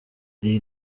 iyi